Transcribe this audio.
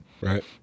Right